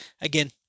Again